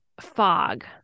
fog